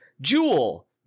Jewel